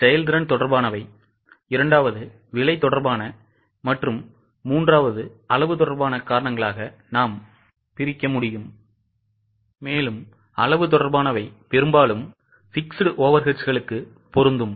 செயல்திறன் தொடர்பான விலை தொடர்பான மற்றும் அளவு தொடர்பான காரணங்களாகபிரிக்க முடியும் அளவு தொடர்பானவை பெரும்பாலும் fixed overheadsகளுக்கு பொருந்தும்